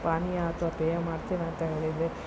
ಪಾನೀಯ ಅಥವಾ ಪೇಯ ಮಾಡ್ತೇವೆ ಅಂತ ಹೇಳಿದರೆ